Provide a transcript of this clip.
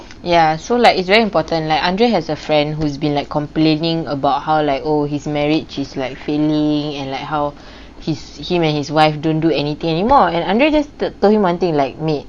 ya so like it's very important like andre has a friend who's been like complaining about how like oh he's marriage is like failing and like how his him and his wife don't do anything anymore and andre just told him one thing like me